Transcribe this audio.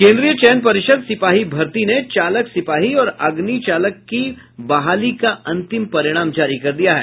केंद्रीय चयन पर्षद सिपाही भर्ती ने चालक सिपाही और अग्नि चालक की बहाली का अंतिम परिणाम जारी कर दिया है